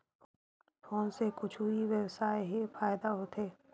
Phone से कुछु ई व्यवसाय हे फ़ायदा होथे?